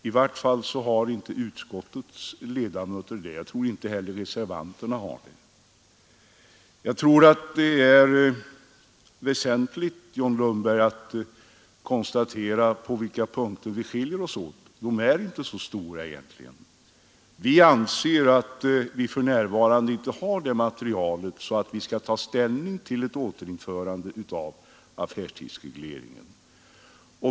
I varje fall har inte utskottsmajoriteten — och jag tror inte heller reservanterna — gjort det. Jag tror, John Lundberg, att det är väsentligt att konstatera på vilka punkter vi skiljer oss. Skillnaderna är egentligen inte så stora, men vi anser att vi för närvarande inte har tillräckligt material för att ta ställning till frågan om ett återinförande av affärstidsregleringen.